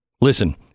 Listen